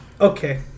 Okay